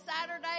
Saturday